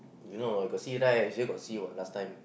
you know or not got see right you all got see what last time